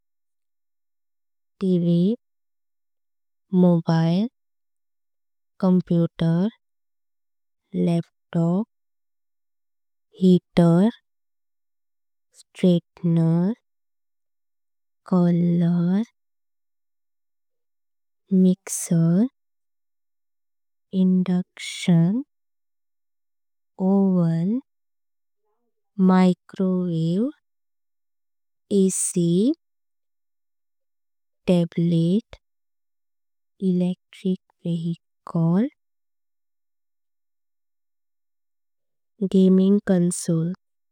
T V, mobile, computer, laptop. Heater, straightener, curler, mixer. Induction, oven, microwave, AC. Table, electric vehicle, gaming console.